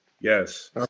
yes